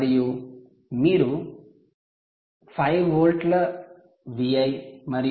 మరియు మీరు 5 వోల్ట్ల Vi మరియు 3